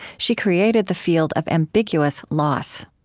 she created the field of ambiguous loss.